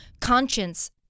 conscience